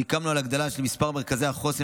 סיכמנו על הגדלה של מספר מרכזי החוסן